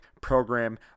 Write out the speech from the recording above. program